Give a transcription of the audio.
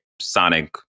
Sonic